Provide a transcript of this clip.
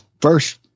first